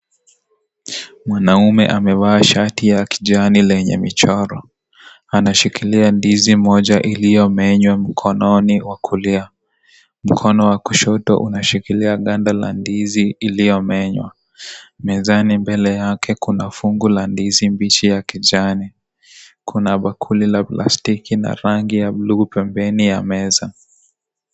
Mwanaume amevaa shati ya kijani lenye michoro. Anashikilia ndizi moja iliyomenywa mkononi wa kulia. Mkono wa kushoto unashikilia ganda la ndinzi iliomenywa. Mezani mbele yake kuna fungu la ndizi mbichi ya kijani. Kuna bakuli la plasitki na rangi ya blue pembeni ya meza.